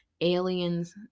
aliens